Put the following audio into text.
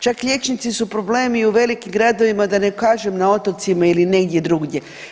Čak liječnici su problem i u velikim gradovima, da ne kažem na otocima ili negdje drugdje.